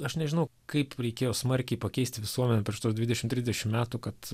aš nežinau kaip reikėjo smarkiai pakeist visuomenę prieš tuos dvidešim trisdešim metų kad